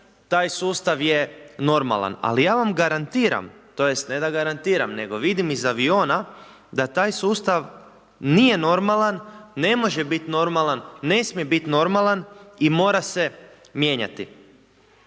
taj sustav je normalan, ali ja vam garantiram, tj. ne da garantiram nego vidim iz aviona, da taj sustav nije normalan, ne može biti normalan, ne smije biti normalan i mora se mijenjati.